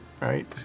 right